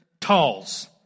talls